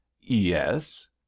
Yes